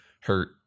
hurt